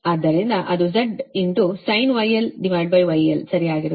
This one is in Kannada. ಆದ್ದರಿಂದ ಅದು Z sinh γl γl ಸರಿಯಾಗಿರುತ್ತದೆ